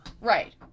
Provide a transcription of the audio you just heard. Right